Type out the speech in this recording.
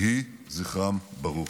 יהי זכרם ברוך.